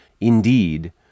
indeed